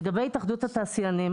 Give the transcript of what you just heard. לגבי התאחדות התעשיינים